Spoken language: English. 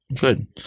Good